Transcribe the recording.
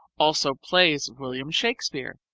also plays of william shakespeare.